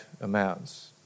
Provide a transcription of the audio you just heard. amounts